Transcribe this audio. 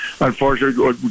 Unfortunately